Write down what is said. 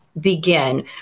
begin